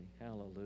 Hallelujah